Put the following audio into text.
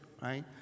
right